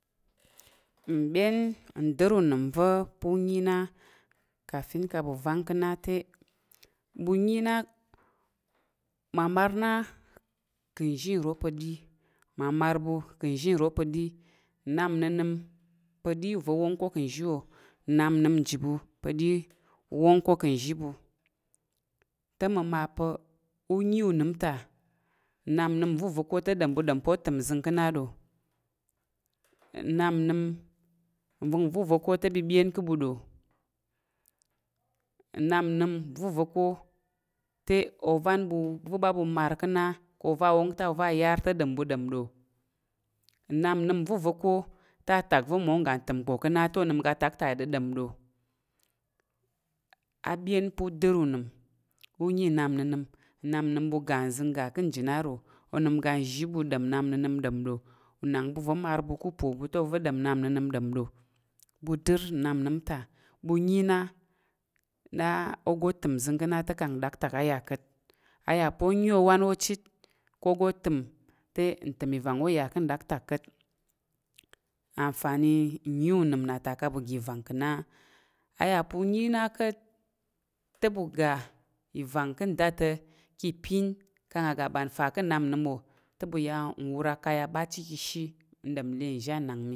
Nbyen ndər unəm va̱ pa̱ u nyi na kafin ka̱ ɓu váng ka̱ na te ɓu nyi na. ma mar na ka̱ nzhi ro ka̱ ɗi ma mar ɓu ko zhi nro pa̱ ɗi nnap nnənəm pa̱ ɗi uza̱ wong kà̱ ka̱ zhi wo, nnap nnəm nji ɓu pa̱ ɗi uwong ko ka̱ nzhi ɓu. Te mməma pa̱ u nyi unəm ta nnap nənəm va̱ uza̱ ko te ɗom ɓu ɗom pa̱ otəm nzəng ka̱ na ɗo? Nnap nnəm va̱ uza̱ ko te byebyen ká̱ ɓu ɗo? Nnnap nnəm va̱ uza̱ ko te ovan ɓu va̱ ɓu ɓa ɓu mar ka̱ ka̱ no a yar te ɗom ɓu ɗom ɗo? Nnap nnəm va̱ uza̱ ko te a tak va̱ mmawo ka̱ go təm ka̱ na te onəm ga tak ta ɗəɗom ɗo? A byen pa̱ udər unəm, u nyi nnap nənəm. Nnap nnəmɓu ga nzəng ga ka̱ nji na ro? Onəm ga nzhi ɓu ɗom nnap nəna̱m ɗom ɗo? Unang ɓu va mar ɓu ku upo ɓu te oza̱ ɗom nnap nəbəm ɗom ɗo? Ɓu dər nnap nəm ta ɓu nyi na na oga təm nzəng ka̱ na te, kang nɗaktak a ya ka̱t a yà pa̱ o nyi owan wo chit ko oga təm te ntəm ivang wo iya ka̱ nɗaktak ka̱t "anfanyi" nnyi unəm na ta ká̱ ɓu ga ivang ka̱ na. A yà pa̱ u nyi na ka̱t te ɓu ga ivang ka̱ nda te kanf aga mban nfa ka̱ nnap nnəm wo ɓu ya nwur a kaya ɓa chit ka̱ ishi, nɗom le nzhi anang mi.